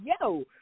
Yo